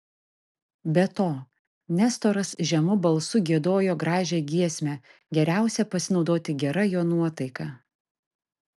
be to nestoras žemu balsu giedojo gražią giesmę geriausia pasinaudoti gera jo nuotaika